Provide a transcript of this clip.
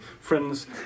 friends